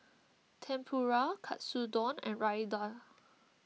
Tempura Katsudon and Raita